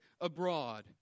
abroad